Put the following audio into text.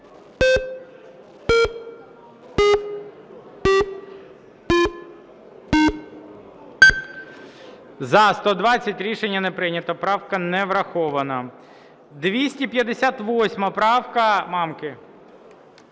За-120 Рішення не прийнято. Правка не врахована. 258 правка Мамки.